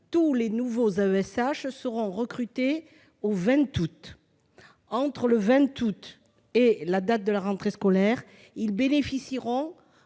tous les nouveaux AESH seront recrutés au 20 août prochain. Entre cette date et celle de la rentrée scolaire, ils bénéficieront